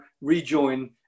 rejoin